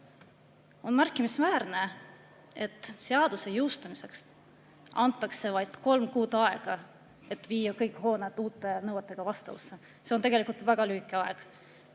On märkimisväärne, et seaduse jõustumiseks antakse vaid kolm kuud aega, et viia kõik hooned uute nõuetega vastavusse. See on tegelikult väga lühike aeg.